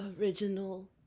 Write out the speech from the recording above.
original